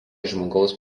žmogaus